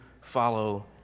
follow